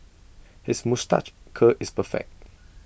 his moustache curl is perfect